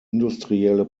industrielle